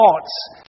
thoughts